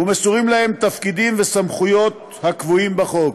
ומסורים להם תפקידים וסמכויות הקבועים בחוק.